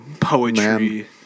poetry